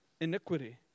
iniquity